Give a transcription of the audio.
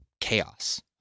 chaos